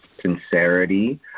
sincerity